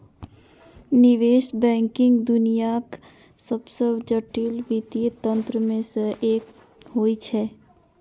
निवेश बैंकिंग दुनियाक सबसं जटिल वित्तीय तंत्र मे सं एक होइ छै